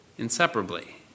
Inseparably